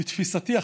לתפיסתי,